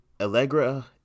Allegra